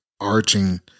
arching